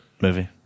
movie